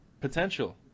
potential